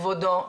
כבודו,